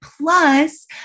Plus